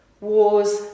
wars